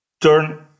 turn